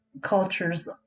cultures